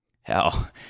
Hell